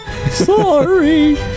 Sorry